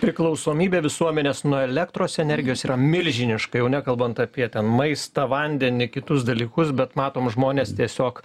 priklausomybė visuomenės nuo elektros energijos yra milžiniška jau nekalbant apie ten maistą vandenį kitus dalykus bet matom žmonės tiesiog